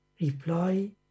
reply